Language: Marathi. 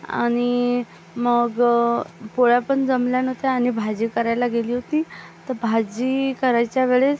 आणि मग पोळ्या पण जमल्या नव्हत्या आणि भाजी करायला गेली होती तर भाजी करायच्या वेळेस